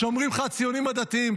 כשאומרים לך: הציונים הדתיים.